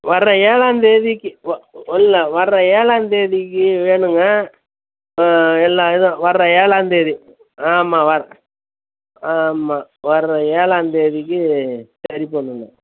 வரற ஏழாந்தேதிக்கி வ இல்லை வரற ஏழாந்தேதிக்கி வேணுங்க எல்லாம் இதுவும் வர்ற ஏழாந்தேதி ஆமா வர் ஆமா வர்ற ஏழாந்தேதிக்கி சரி பண்ணணும்